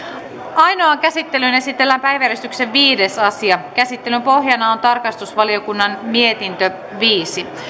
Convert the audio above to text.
ainoaan käsittelyyn esitellään päiväjärjestyksen viides asia käsittelyn pohjana on tarkastusvaliokunnan mietintö viisi